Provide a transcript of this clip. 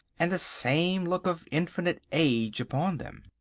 and the same look of infinite age upon them.